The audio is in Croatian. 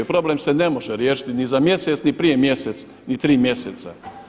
Problem se ne može riješiti ni za mjesec, ni prije mjesec, ni tri mjeseca.